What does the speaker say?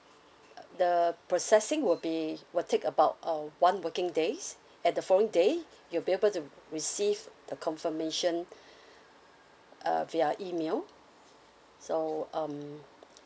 uh the processing will be will take about uh one working days at the following day you'll be able to receive the confirmation uh via email so um